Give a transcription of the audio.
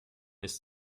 ist